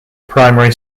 primary